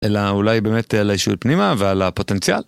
אלא אולי באמת על האישיות פנימה ועל הפוטנציאל?